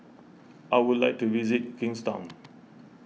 I would like to visit Kingstown